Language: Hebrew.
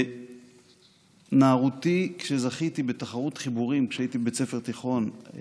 בנערותי, כשהייתי בבית ספר תיכון,